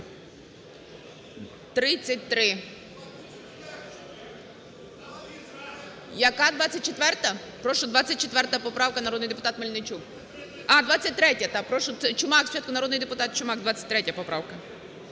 33. Яка? 24-а? Прошу, 24 поправка. Народний депутат Мельничук. А, 23-я. Прошу, Чумак. Народний депутат Чумак, 23 поправка.